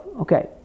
Okay